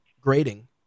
grading